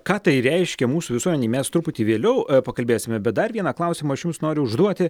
ką tai reiškia mūsų visuomenei mes truputį vėliau pakalbėsime bet dar vieną klausimą aš jums noriu užduoti